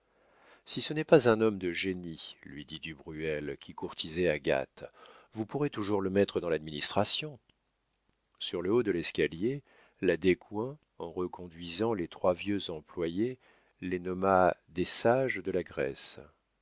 si ce n'est pas un homme de génie lui dit du bruel qui courtisait agathe vous pourrez toujours le mettre dans l'administration sur le haut de l'escalier la descoings en reconduisant les trois vieux employés les nomma des sages de la grèce